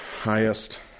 highest